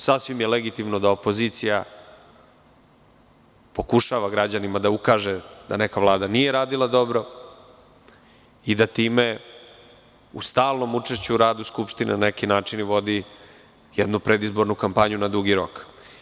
Sasvim je legitimno da opozicija pokušava građanima da ukaže da neka vlada nije radila dobro i da time u stalnom učešću u radu Skupštine na neki način i vodi jednu predizbornu kampanju na dugi rok.